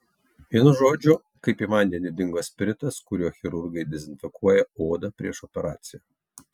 vienu žodžiu kaip į vandenį dingo spiritas kuriuo chirurgai dezinfekuoja odą prieš operaciją